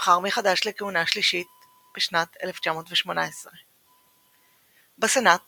נבחר מחדש לכהונה שלישית בשנת 2018. בסנאט